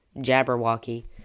jabberwocky